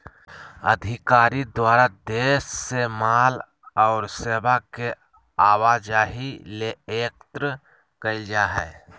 अधिकारी द्वारा देश से माल और सेवा के आवाजाही ले एकत्र कइल जा हइ